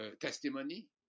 testimony